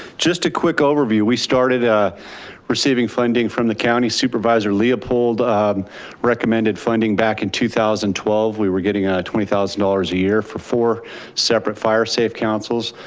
just a quick overview, we started ah receiving funding from the county, supervisor leopold recommended funding back in two thousand and twelve. we were getting ah twenty thousand dollars a year for four separate fire safe councils.